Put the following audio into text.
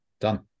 done